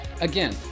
again